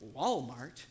Walmart